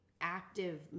Active